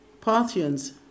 parthians